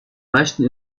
meisten